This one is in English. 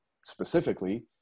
specifically